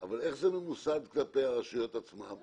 אבל איך זה ממוסד כלפי הרשויות המקומיות עצמן?